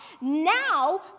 now